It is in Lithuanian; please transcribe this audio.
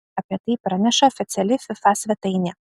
apie tai praneša oficiali fifa svetainė